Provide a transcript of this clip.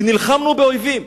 כי נלחמנו באויבים.